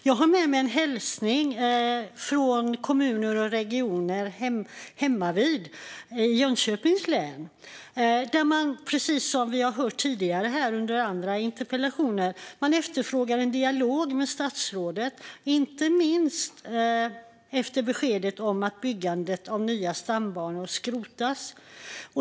Jag har med mig en hälsning från kommunerna och regionen hemmavid, i Jönköpings län, där man, i likhet med det vi hört tidigare under andra interpellationsdebatter, efterfrågar en dialog med statsrådet, inte minst efter beskedet om att byggandet av nya stambanor skrotas.